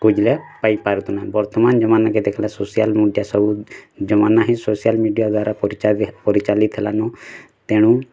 ଖୋଜିଲେ ପାଇଁ ପାରୁଥିନେ ବର୍ତ୍ତମାନ୍ ଜମାନା କେ ଦେଖିଲେ ସୋସିଆଲ୍ ମିଡ଼ିଆ ସବୁ ଜମାନା ହିଁ ସୋସିଆଲ୍ ମିଡ଼ିଆ ଦ୍ଵାରା ପରିଚାଲିତ ହେଲାନୁ ତେଣୁ